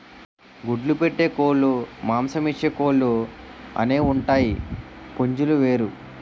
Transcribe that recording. గుడ్లు పెట్టే కోలుమాంసమిచ్చే కోలు అనేవుంటాయి పుంజులు వేరు